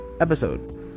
episode